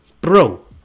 Bro